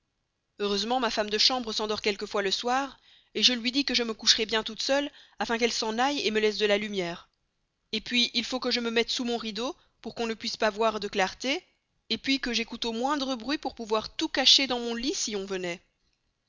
heureusement ma femme de chambre s'endort quelquefois le soir je lui dis que je me coucherai bien toute seule afin qu'elle s'en aille me laisse de la lumière et puis il faut que je me mette sous mon rideau pour qu'on ne puisse pas voir de clarté puis que j'écoute au moindre bruit pour pouvoir tout cacher dans mon lit si on venait